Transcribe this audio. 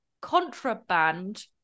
Contraband